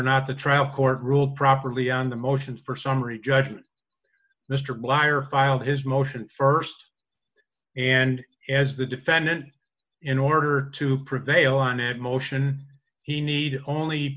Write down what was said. not the trial court ruled properly on the motion for summary judgment mr blair filed his motion st and as the defendant in order to prevail on a motion he need only